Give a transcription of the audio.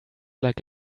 like